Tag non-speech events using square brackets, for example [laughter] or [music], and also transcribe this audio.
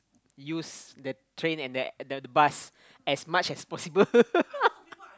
use the train and the the bus as much as possible [laughs]